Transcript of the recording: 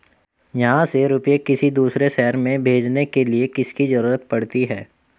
यहाँ से रुपये किसी दूसरे शहर में भेजने के लिए किसकी जरूरत पड़ती है?